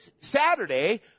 Saturday